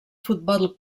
futbol